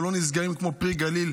ולא סוגרים פה את פרי גליל,